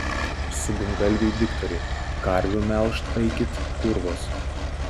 subingalviai diktoriai karvių melžt aikit kurvos